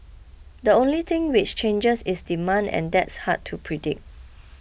the only thing which changes is demand and that's hard to predict